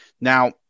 Now